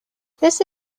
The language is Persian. تست